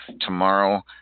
tomorrow